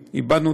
אדוני,